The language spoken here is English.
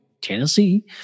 Tennessee